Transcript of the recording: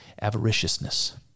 avariciousness